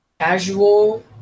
casual